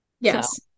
yes